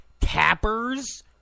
Tappers